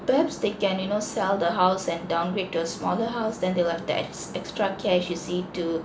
perhaps they can you know sell the house and downgrade to a smaller house then they will have the ex~ extra cash you see to